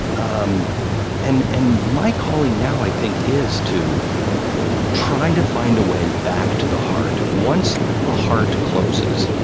um and and my calling now, i think, is to try to find a way back to the heart. once the heart closes,